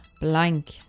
blank